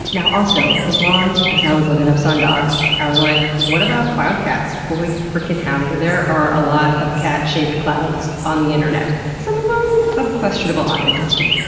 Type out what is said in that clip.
now, also, as long as i was looking up sundogs, i was like, what about cloud cats? boy freakin' howdy, there are a lot of cat-shaped clouds on the internet. some of em, um of questionable authenticity.